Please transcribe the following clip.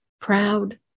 proud